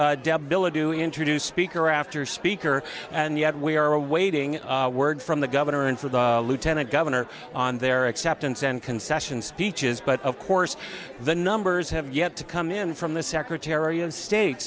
bill a do introduce speaker after speaker and yet we are awaiting word from the governor and for the lieutenant governor on their acceptance and concession speeches but of course the numbers have yet to come in from the secretary of state